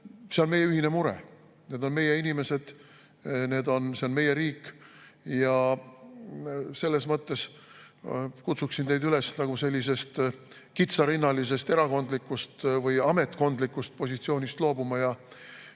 see on meie ühine mure. Need on meie inimesed, see on meie riik. Selles mõttes kutsuksin teid üles sellisest kitsarinnalisest erakondlikust või ametkondlikust positsioonist loobuma ja